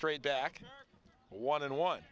straight back one and one